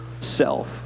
self